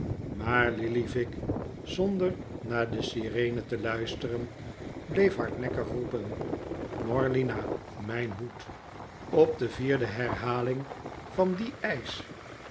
maar lillyvick zonder naar de sirene te luisteren bleef hardnekkig roepen morlina mijn hoed op de vierde herhaling van dien eisch